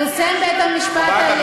ביום 5 במאי 2015 פרסם בית-המשפט העליון,